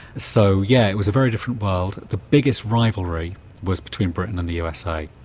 so, yeah, it was a very different world. the biggest rivalry was between britain and the usa,